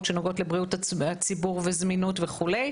שנוגעות לבריאות הציבור - זמינות וכולי.